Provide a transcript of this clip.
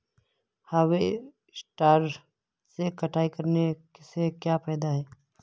Harvester से कटाई करने से क्या फायदा है?